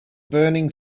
burning